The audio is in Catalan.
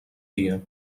dia